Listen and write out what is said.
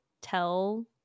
tell